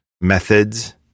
methods